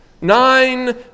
Nine